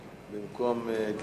3596,